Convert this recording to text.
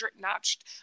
notched